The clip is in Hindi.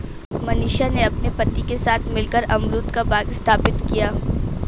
मनीषा ने अपने पति के साथ मिलकर अमरूद का बाग स्थापित किया